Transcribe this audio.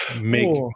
make